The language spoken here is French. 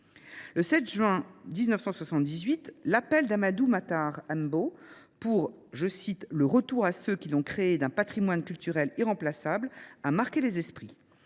Le 7 juin 1978, l'appel d'Amadou Matar Ambo pour, je cite, « le retour à ceux qui l'ont créé d'un patrimoine culturel irremplaçable » a marqué les esprits.